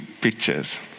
pictures